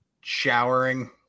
showering